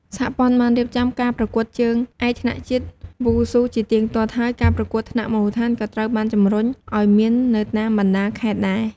សហព័ន្ធបានរៀបចំការប្រកួតជើងឯកថ្នាក់ជាតិវ៉ូស៊ូជាទៀងទាត់។ហើយការប្រកួតថ្នាក់មូលដ្ឋានក៏ត្រូវបានជំរុញឲ្យមាននៅតាមបណ្ដាខេត្តដែរ។